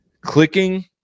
clicking